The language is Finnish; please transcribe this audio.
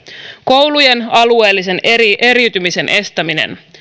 koulujen alueellisen eriytymisen estäminen